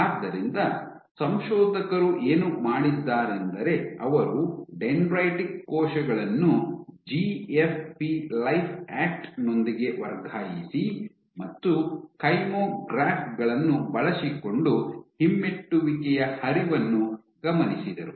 ಆದ್ದರಿಂದ ಸಂಶೋಧಕರು ಏನು ಮಾಡಿದ್ದಾರೆಂದರೆ ಅವರು ಡೆಂಡ್ರೈಟಿಕ್ ಕೋಶಗಳನ್ನು ಜಿಎಫ್ಪಿ ಲೈಫ್ ಆಕ್ಟ್ನೊಂದಿಗೆ ವರ್ಗಾಯಿಸಿ ಮತ್ತು ಕೈಮೊಗ್ರಾಫ್ ಗಳನ್ನು ಬಳಸಿಕೊಂಡು ಹಿಮ್ಮೆಟ್ಟುವಿಕೆಯ ಹರಿವನ್ನು ಗಮನಿಸಿದರು